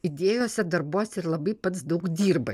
idėjose darbuose ir labai pats daug dirba